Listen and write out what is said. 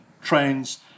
trains